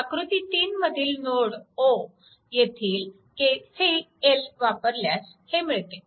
आकृती 3 मधील node O येथे KCL वापरल्यास हे मिळते